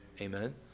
Amen